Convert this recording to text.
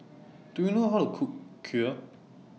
Do YOU know How to Cook Kheer